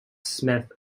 smith